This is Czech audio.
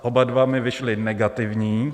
Oba dva mi vyšly negativní.